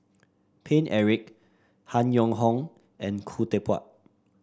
Paine Eric Han Yong Hong and Khoo Teck Puat